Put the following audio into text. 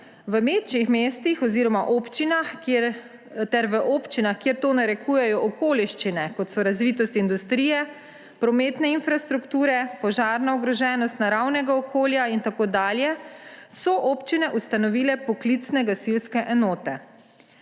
V večjih mestih oziroma občinah ter v občinah, kjer to narekujejo okoliščine, kot so razvitost industrije, prometne infrastrukture, požarna ogroženost naravnega okolja in tako dalje, so občine ustanovile poklicne gasilske enote.